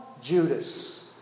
Judas